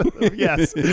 Yes